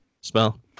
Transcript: spell